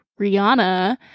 Rihanna